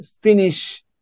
finish